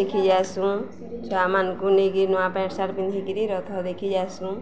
ଦେଖିଯାଏସୁଁ ଛୁଆମାନ୍କୁ ନେଇକି ନୂଆ ପେଣ୍ଟ୍ ସାର୍ଟ୍ ପିନ୍ଧିକିରି ରଥ୍ ଦେଖିଯାଏସୁଁ